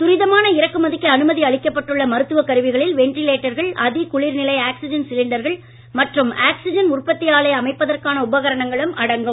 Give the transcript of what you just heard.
துரிதமான இறக்குமதிக்கு அனுமதி அளிக்கப்பட்டுள்ள மருத்துவக் கருவிகளில் வெண்டிலேட்டர்கள் அதிகுளிர் நிலை ஆக்ஸிஜன் சிலிண்டர்கள் மற்றும் ஆக்ஸிஜன் உற்பத்தி ஆலை அமைப்பதற்கான உபகரணங்களும் அடங்கும்